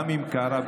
גם עם קארה.